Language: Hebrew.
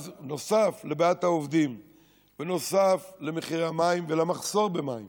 אז נוסף לבעיית העובדים ונוסף למחירי המים ולמחסור במים